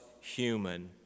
human